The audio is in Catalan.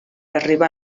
arribar